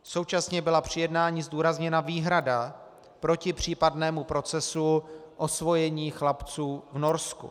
Současně byla při jednání zdůrazněna výhrada proti případnému procesu osvojení chlapců v Norsku.